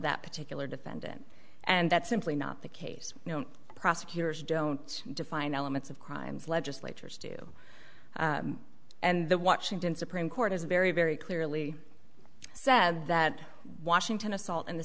that particular defendant and that's simply not the case prosecutors don't define elements of crimes legislators do and the washington supreme court has a very very clearly said that washington assault in the